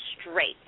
straight